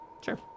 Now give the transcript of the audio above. Sure